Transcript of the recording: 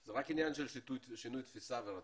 זה רק עניין של שנוי תפיסה ורצון.